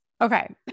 Okay